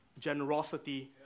generosity